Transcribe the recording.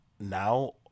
now